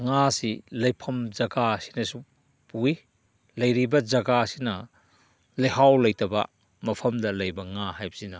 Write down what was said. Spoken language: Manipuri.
ꯉꯥꯁꯤ ꯂꯩꯐꯝ ꯖꯒꯥꯁꯤꯅꯁꯨ ꯄꯨꯏ ꯂꯩꯔꯤꯕ ꯖꯒꯥꯁꯤꯅ ꯂꯩꯍꯥꯎ ꯂꯩꯇꯕ ꯃꯐꯝꯗ ꯂꯩꯕ ꯉꯥ ꯍꯥꯏꯕꯁꯤꯅ